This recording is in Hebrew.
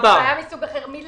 בעיה מסוג אחר.